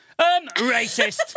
racist